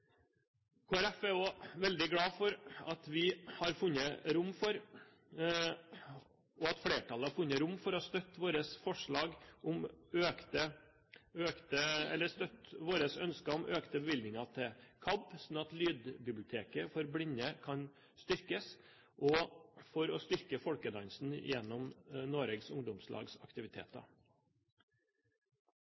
Folkeparti er også veldig glad for at flertallet har funnet rom for å støtte vårt ønske om økte bevilgninger til KABB, slik at lydbiblioteket for blinde kan styrkes, og å styrke folkedansen gjennom Noregs Ungdomslags aktiviteter.